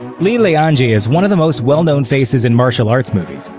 li lianjie is one of the most well known faces in martial arts movies,